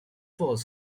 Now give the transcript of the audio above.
was